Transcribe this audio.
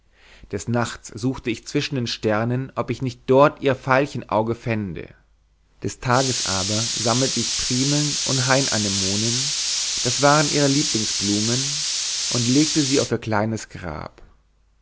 des nachts suchte ich zwischen den sternen ob ich nicht dort ihr veilchenauge fände des tages aber sammelte ich primeln und hainanemonen das waren ihre lieblingsblumen und legte sie auf ihr kleines grab